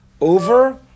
over